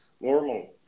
normal